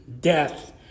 Death